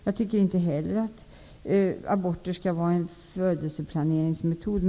Jag tycker inte heller att abort skall vara en födelseplaneringsmetod.